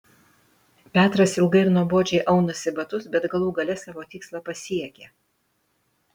petras ilgai ir nuobodžiai aunasi batus bet galų gale savo tikslą pasiekia